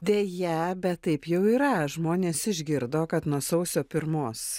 deja bet taip jau yra žmonės išgirdo kad nuo sausio pirmos